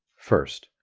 first,